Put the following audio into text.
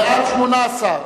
בעד, 18,